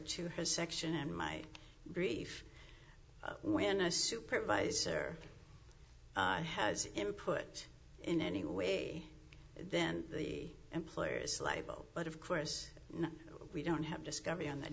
to her section and my brief when a supervisor has him put in any way then the employer is liable but of course we don't have discovery on that